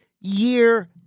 year